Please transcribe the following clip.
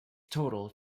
total